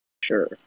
Sure